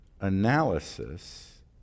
analysis